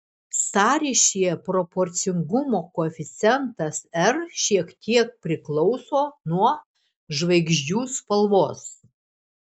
sąryšyje proporcingumo koeficientas r šiek tiek priklauso nuo žvaigždžių spalvos